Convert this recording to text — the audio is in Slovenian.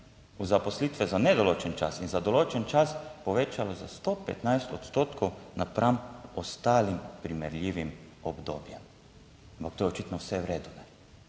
v zaposlitve za nedoločen čas in za določen čas povečalo za 115 odstotkov napram ostalim primerljivim obdobjem, ampak to je očitno vse v redu.